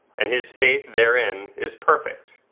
and his faith therein is perfect.